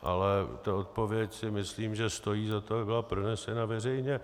Ale ta odpověď myslím, že stojí za to, aby byla pronesena veřejně.